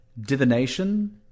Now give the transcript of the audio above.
Divination